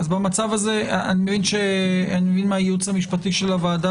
אני מבין מהייעוץ המשפטי של הוועדה,